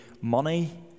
money